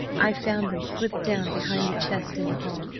i found them slipped down behind the chest in the hall.